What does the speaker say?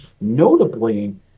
notably